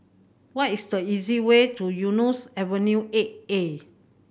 what is the easiest way to Eunos Avenue Eight A